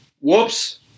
whoops